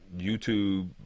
YouTube